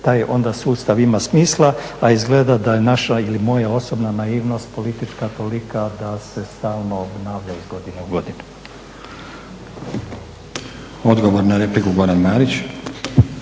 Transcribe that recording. taj onda sustav ima smisla. A izgleda da je naša ili moja osobna naivnost politička tolika da se stalno obnavlja iz godine u godinu. **Stazić, Nenad (SDP)** Odgovor na repliku, Goran Marić.